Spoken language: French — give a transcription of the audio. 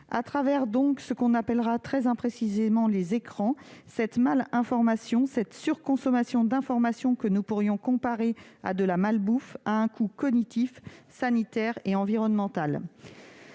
Au travers de ce qu'on appellera très imprécisément « les écrans », cette mal-information, cette surconsommation d'informations que nous pourrions comparer à de la malbouffe, a un coût cognitif, sanitaire et environnemental.